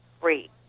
free